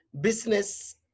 business